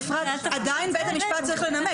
עדיין בית המשפט צריך לנמק.